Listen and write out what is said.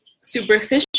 superficial